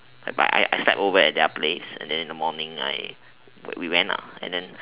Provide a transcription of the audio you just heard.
but I I slept over at their place and then in the morning I we went lah and then